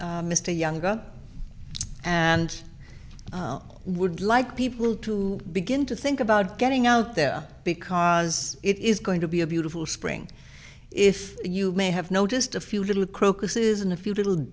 interviewing mr younger and would like people to begin to think about getting out there because it is going to be a beautiful spring if you may have noticed a few little crocus isn't a few little